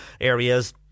areas